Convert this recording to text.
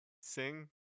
sing